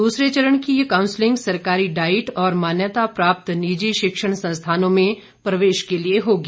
दूसरे चरण की ये कांउसलिंग सरकारी डाईट और मान्यता प्राप्त निजी शिक्षण संस्थानों में प्रवेश के लिए होगी